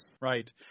Right